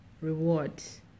rewards